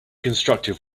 constructive